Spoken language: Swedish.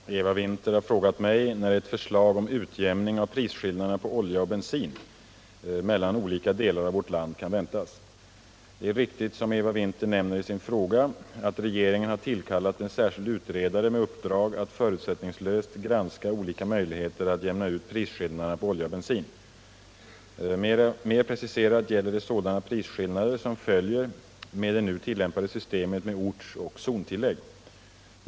Herr talman! Eva Winther har frågat mig när ett förslag om utjämning av prisskillnaderna på olja och bensin mellan olika delar av vårt land kan väntas. Det är riktigt som Eva Winther nämner i sin fråga att regeringen har tillkallat en särskild utredare med uppdrag att förutsättningslöst granska olika möjligheter att jämna ut prisskillnaderna på olja och bensin. Mer preciserat gäller det sådana prisskillnader som följer med det nu tillämpade systemet med orts och zontillägg.